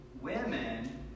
women